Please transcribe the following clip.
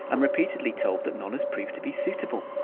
i'm repeatedly told that none has proved to be suitable.